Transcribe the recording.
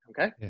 okay